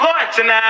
Tonight